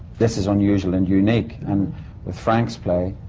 this is unusual and unique. and with frank's play,